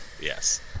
Yes